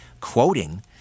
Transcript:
quoting